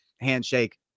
handshake